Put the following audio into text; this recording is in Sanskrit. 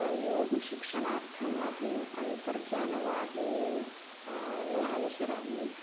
योगशिक्षणार्थम् अहम् अन्तर्जालवाहिनीं न अनुसरामि